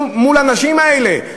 מול האנשים האלה,